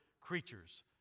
creatures